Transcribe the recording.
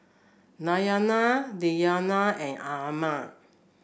Diyana Diyana and Ammir